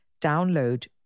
Download